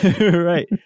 Right